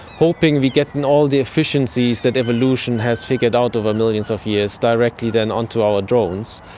hoping we get and all the efficiencies that evolution has figured out over millions of years directly then onto our drones.